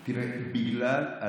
אז תמשיכו להתעלם